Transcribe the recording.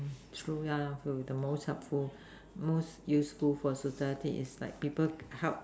true yeah true the most helpful most useful for society is like people help